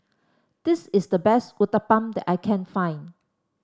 this is the best Uthapam that I can find